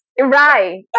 right